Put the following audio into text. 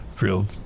Real